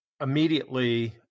immediately